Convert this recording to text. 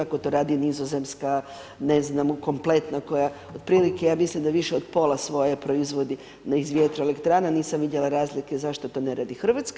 Ako to radi Nizozemska ne znam kompletna koja od prilike ja mislim da više od pola svoje proizvodi iz vjetroelektrana nisam vidjela razlike zašto to ne radi Hrvatska.